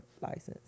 license